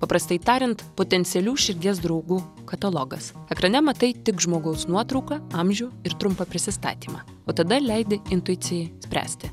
paprastai tariant potencialių širdies draugų katalogas ekrane matai tik žmogaus nuotrauką amžių ir trumpą prisistatymą o tada leidi intuicijai spręsti